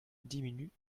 diminuent